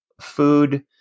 food